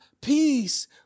peace